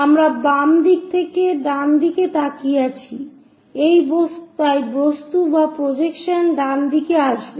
আমরা বাম দিক থেকে ডান দিকে তাকিয়ে আছি তাই বস্তু বা প্রজেকশন ডানদিকে আসবে